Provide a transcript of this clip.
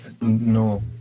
no